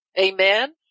Amen